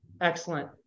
excellent